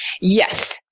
Yes